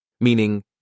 Meaning